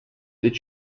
with